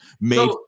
made